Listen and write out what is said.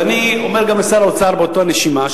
ואני אומר גם לשר האוצר באותה נשימה,